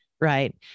Right